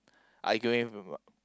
arguing with my